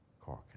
Cork